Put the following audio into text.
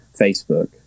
Facebook